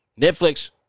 Netflix